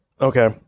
Okay